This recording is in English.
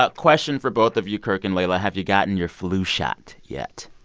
ah question for both of you, kirk and leila, have you gotten your flu shot yet?